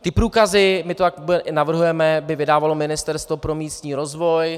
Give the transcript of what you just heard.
Ty průkazy, my to tak i navrhujeme, by vydávalo Ministerstvo pro místní rozvoj.